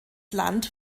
land